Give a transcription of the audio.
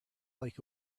like